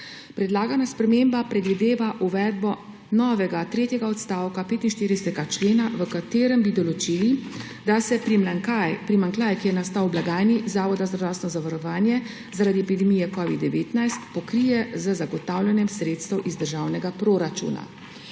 Predlagana sprememba predvideva uvedbo novega tretjega odstavka 45. člena, v katerem bi določili, da se primanjkljaj, ki je nastal v blagajni Zavoda za zdravstveno zavarovanje zaradi epidemije covida-19, pokrije z zagotavljanjem sredstev iz državnega proračuna.